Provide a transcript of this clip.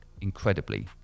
incredibly